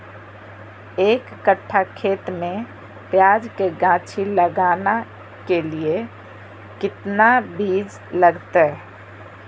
एक कट्ठा खेत में प्याज के गाछी लगाना के लिए कितना बिज लगतय?